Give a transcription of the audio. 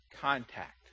contact